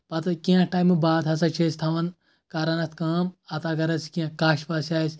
پَتہٕ کیٚنٛہہ ٹایمہٕ باد ہسا چھِ أسۍ تھاوان کران اَتھ کٲم اَتھ اَگر اَسہِ کیٚنٛہہ کاش واش آسہِ